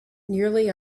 nearly